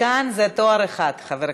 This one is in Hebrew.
כאן זה תואר אחד, חבר כנסת.